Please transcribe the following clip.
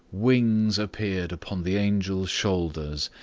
wings appeared upon the angel's shoulders,